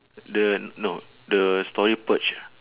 the no the story purge